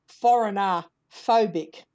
foreigner-phobic